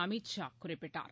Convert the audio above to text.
அமீத் ஷா குறிப்பிட்டார்